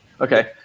Okay